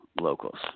locals